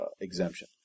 exemption